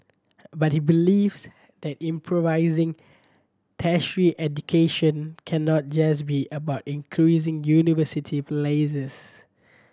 but he believes that improvising tertiary education cannot just be about increasing university places